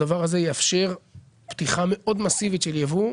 הדבר הזה יאפשר פתיחה מאוד מאסיבית של יבוא.